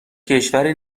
کشوری